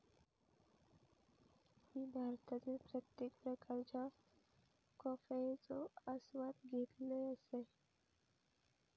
मी भारतातील प्रत्येक प्रकारच्या कॉफयेचो आस्वाद घेतल असय